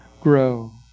grow